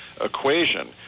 equation